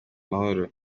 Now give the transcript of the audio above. mahoro